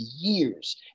years